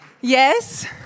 Yes